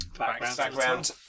background